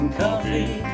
coffee